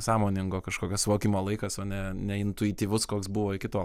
sąmoningo kažkokio suvokimo laikas o ne ne intuityvus koks buvo iki tol